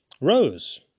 Rose